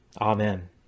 Amen